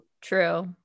true